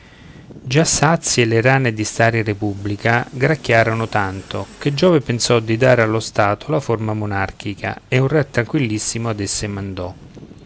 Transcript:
già sazie le rane di stare in repubblica gracchiarono tanto che giove pensò di dare allo stato la forma monarchica e un re tranquillissimo ad esse mandò